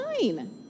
fine